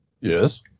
Yes